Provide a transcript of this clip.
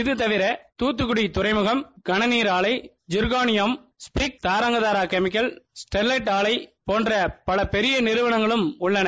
இதுதவிர துத்தக்குடி துறைமுகம் கனநீர் ஆலை திர்காளியம் ஸ்பிக் தாரங்கதாரா கெபிக்கல் ஸ்டெர்லைட் ஆலை போன்ற பல பெரிய நிறவளங்களும் உள்ளன